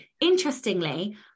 interestingly